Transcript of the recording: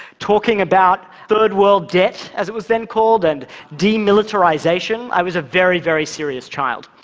talking about third world debt, as it was then called, and demilitarization. i was a very, very serious child.